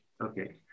okay